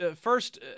first